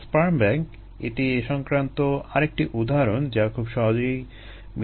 sperm bank এটি এ সংক্রান্ত আরেকটি উদাহরণ যা খুব সহজেই মিলিয়ে নেওয়া যায়